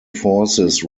forces